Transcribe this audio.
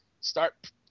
start